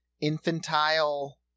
infantile